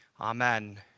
Amen